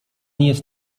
jest